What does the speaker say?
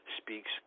speaks